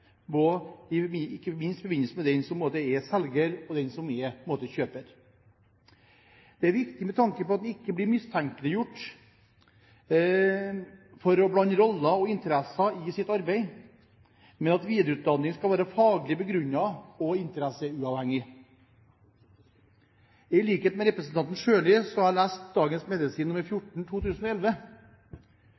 ikke minst i forbindelse med den som er selger, og den som er kjøper. Det er viktig med tanke på at en ikke blir mistenkeliggjort for å blande roller og interesser i sitt arbeid, men at videreutdanning skal være faglig begrunnet og interesseuavhengig. I likhet med representanten Sjøli har jeg lest Dagens Medisin nr. 14 for 2011.